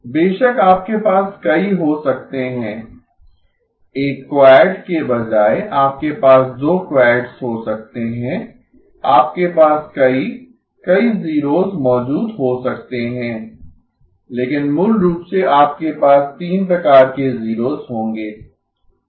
बेशक आपके पास कई हो सकते हैं एक क्वैड के बजाय आपके पास दो क्वैड्स हो सकते हैं आपके पास कई कई जीरोस मौजूद हो सकते हैं लेकिन मूल रूप से आपके पास 3 प्रकार के जीरोस होंगें